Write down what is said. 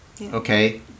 okay